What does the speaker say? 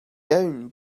down